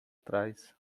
trás